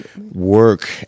work